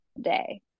day